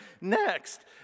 next